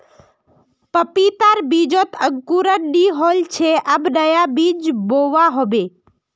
पपीतार बीजत अंकुरण नइ होल छे अब नया बीज बोवा होबे